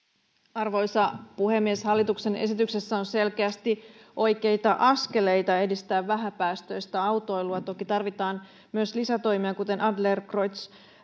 arvoisa puhemies hallituksen esityksessä on selkeästi oikeita askeleita edistää vähäpäästöistä autoilua toki tarvitaan myös lisätoimia kuten adlercreutz